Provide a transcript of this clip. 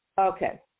Okay